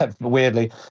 Weirdly